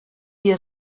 wir